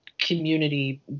community